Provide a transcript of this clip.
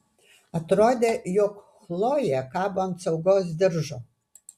atrodė jog chlojė kabo ant saugos diržo